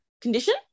condition